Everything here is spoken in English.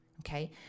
Okay